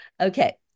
Okay